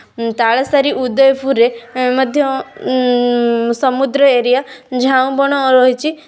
ତାଳସାରି ଉଦୟପୁରରେ ମଧ୍ୟ ସମୁଦ୍ର ଏରିଆ ଝାଉଁ ବଣ ରହିଛି